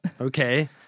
Okay